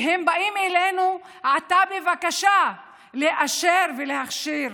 והם באים אלינו עתה בבקשה לאשר ולהכשיר